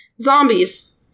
Zombies